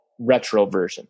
retroversion